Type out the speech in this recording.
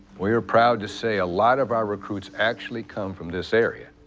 we're proud to say a lot of our recruits actually come from this area.